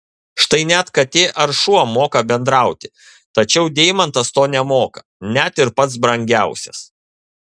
štai net katė ar šuo moka bendrauti tačiau deimantas to nemoka net ir pats brangiausias